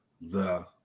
the-